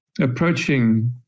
approaching